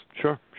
Sure